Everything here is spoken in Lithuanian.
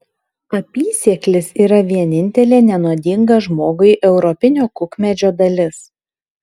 apysėklis yra vienintelė nenuodinga žmogui europinio kukmedžio dalis